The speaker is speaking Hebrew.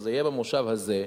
וזה יהיה במושב הזה,